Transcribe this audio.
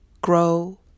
grow